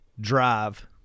Drive